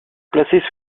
placée